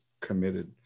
committed